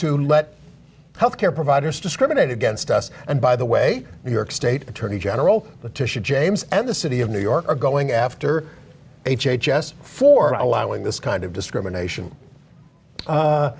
to let health care providers discriminate against us and by the way york state attorney general the tissue james and the city of new york are going after h h s for allowing this kind of discrimination